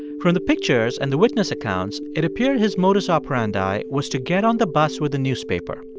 from the pictures and the witness accounts, it appeared his modus operandi was to get on the bus with a newspaper.